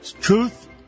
Truth